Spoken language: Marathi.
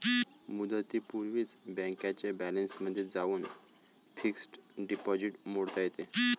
मुदतीपूर्वीच बँकेच्या बॅलन्समध्ये जाऊन फिक्स्ड डिपॉझिट मोडता येते